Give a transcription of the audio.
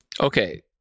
Okay